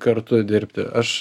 kartu dirbti aš